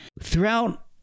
throughout